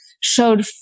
showed